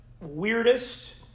Weirdest